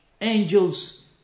Angels